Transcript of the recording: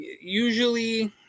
Usually